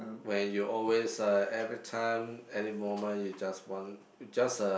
when you always uh every time any moment you just want just the